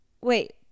Wait